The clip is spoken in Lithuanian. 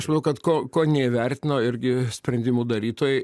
aš manau kad ko ko neįvertino irgi sprendimų darytojai